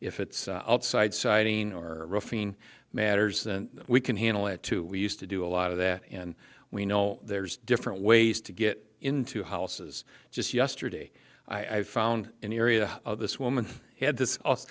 if it's outside siting or roofing matters and we can handle it too we used to do a lot of that and we know there's different ways to get into houses just yesterday i found in the area of this woman had this